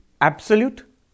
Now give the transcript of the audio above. absolute